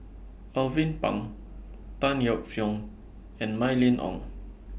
Alvin Pang Tan Yeok Seong and Mylene Ong